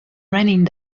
raining